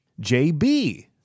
JB